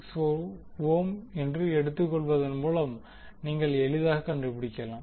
467 ohm என்று எடுத்துக்கொள்வதன் மூலம் நீங்கள் எளிதாக கண்டுபிடிக்கலாம்